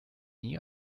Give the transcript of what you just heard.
nie